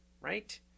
Right